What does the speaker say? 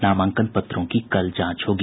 नामांकन पत्रों की कल जांच होगी